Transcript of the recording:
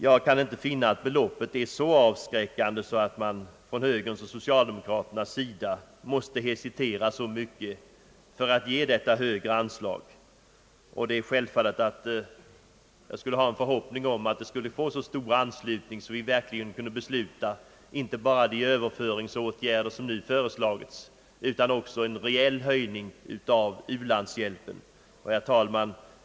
Jag kan inte finna att beloppet är så avskräckande att man från högerns och socialdemokraternas sida måste hesitera så mycket för att ge detta högre anslag, och det är självfallet att jag hoppats att det skulle få en så stor anslutning att vi verkligen kunde besluta inte bara de överföringsåtgärder som nu föreslagits utan också en höjning av u-landshjälpen. Herr talman!